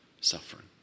suffering